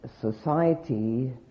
society